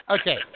Okay